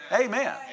Amen